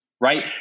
right